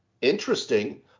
interesting